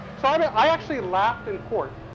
so and i actually laughed in court,